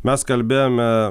mes kalbėjome